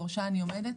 שבראשה אני עומדת,